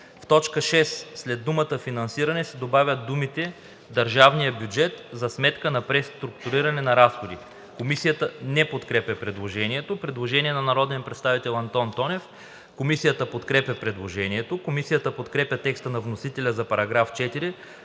В т. 6 след думата „финансиране“ се добавят думите „Държавния бюджет“ за сметка на преструктуриране на разходи“. Комисията не подкрепя предложението. Предложение на народния представител Антон Тонев. Комисията подкрепя предложението. Комисията подкрепя текста на вносителя за § 4,